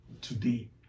today